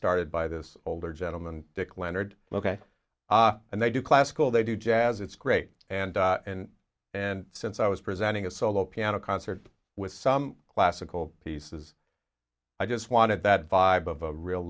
started by this older gentleman dick leonard ok and they do classical they do jazz it's great and and and since i was presenting a solo piano concert with some classical pieces i just wanted that vibe of a real